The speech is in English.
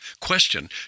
Question